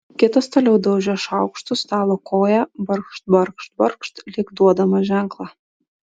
kitas toliau daužė šaukštu stalo koją barkšt barkšt barkšt lyg duodamas ženklą